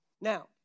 Now